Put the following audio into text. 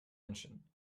engine